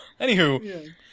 anywho